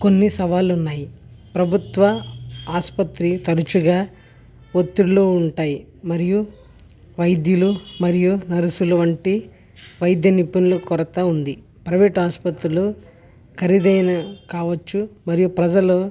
కొన్ని సవాళ్లు ఉన్నాయి ప్రభుత్వ ఆసుపత్రి తరచుగా ఒత్తిడిలో ఉంటాయి మరియు వైద్యులు మరియు నర్సులు వంటి వైద్య నిపుణుల కొరత ఉంది ప్రైవేట్ ఆస్పత్రులు ఖరీదైన కావచ్చు మరియు ప్రజలు